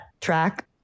track